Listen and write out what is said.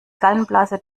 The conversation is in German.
gallenblase